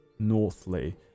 northly